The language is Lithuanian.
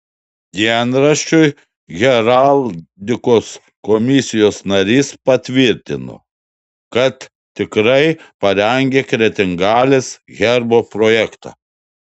dienraščiui heraldikos komisijos narys patvirtino kad tikrai parengė kretingalės herbo projektą